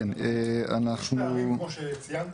אומנם יש פערים, כמו שציינת.